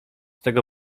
tego